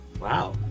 Wow